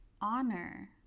honor